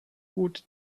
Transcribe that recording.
gut